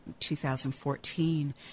2014